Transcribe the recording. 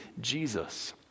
Jesus